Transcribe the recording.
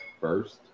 first